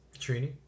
Trini